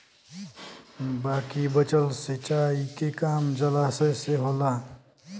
बाकी बचल सिंचाई के काम जलाशय से होला